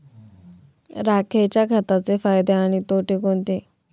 राखेच्या खताचे फायदे आणि तोटे कोणते?